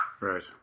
Right